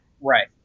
right